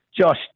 Josh